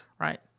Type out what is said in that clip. Right